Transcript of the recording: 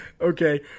Okay